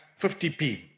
50p